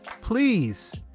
please